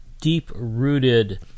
Deep-rooted